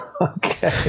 Okay